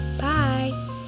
Bye